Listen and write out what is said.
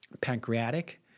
pancreatic